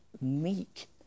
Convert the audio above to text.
meek